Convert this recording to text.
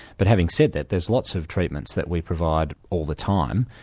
but having said that, there's lots of treatments that we provide all the time,